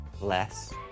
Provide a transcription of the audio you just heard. Less